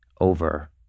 over